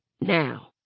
Now